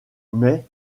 mais